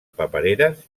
papereres